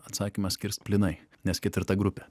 atsakymą skirs plynai nes ketvirta grupė